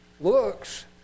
looks